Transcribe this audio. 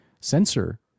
sensor